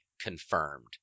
confirmed